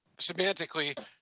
semantically